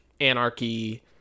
anarchy